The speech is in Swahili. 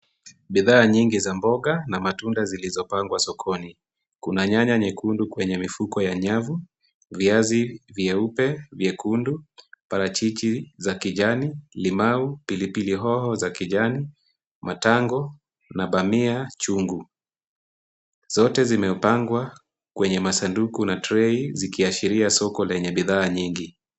Bidhaa nyingi za mboga na matunda zilizopangwa sokoni. Kuna nyanya nyekundu kwenye mifuko ya nyavu, viazi vya upe vyekundu, parachichi za kijani, limau, pilipili hoho za kijani, matango, na bamia chungu. Zote zimeupangwa kwenye masanduku na tray zikiashiria soko lenye bidhaa nyingi.